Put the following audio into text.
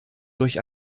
durch